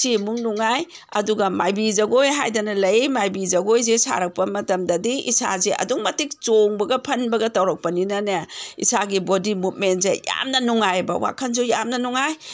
ꯁꯤꯃꯨꯛ ꯅꯨꯡꯉꯥꯏ ꯑꯗꯨꯒ ꯃꯥꯏꯕꯤ ꯖꯒꯣꯏ ꯍꯥꯏꯗꯅ ꯂꯩ ꯃꯥꯏꯕꯤ ꯖꯒꯣꯏꯁꯦ ꯁꯥꯔꯛꯄ ꯃꯇꯝꯗꯗꯤ ꯏꯁꯥꯁꯦ ꯑꯗꯨꯛꯀꯤ ꯃꯇꯤꯛ ꯆꯣꯡꯕꯒ ꯐꯟꯕꯒ ꯇꯧꯔꯛꯄꯅꯤꯅꯅꯦ ꯏꯁꯥꯒꯤ ꯕꯣꯗꯤ ꯃꯨꯞꯃꯦꯟꯁꯦ ꯌꯥꯝꯅ ꯅꯨꯡꯉꯥꯏꯑꯕ ꯋꯥꯈꯟꯁꯨ ꯌꯥꯝꯅ ꯅꯨꯡꯉꯥꯏ